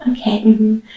Okay